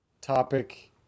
topic